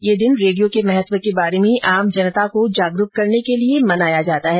ये दिन रेडियो के महत्व के बारे में आम जनता को जागरूक करने के लिए मनाया जाता है